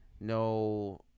No